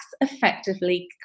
effectively